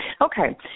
Okay